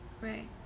Right